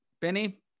benny